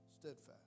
Steadfast